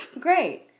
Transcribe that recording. Great